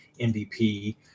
mvp